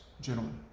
gentlemen